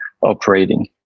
operating